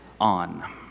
on